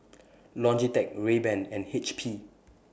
Logitech Rayban and H P